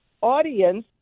audience